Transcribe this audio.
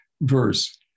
verse